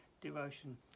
devotion